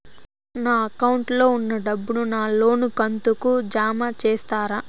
నా అకౌంట్ లో ఉన్న డబ్బును నా లోను కంతు కు జామ చేస్తారా?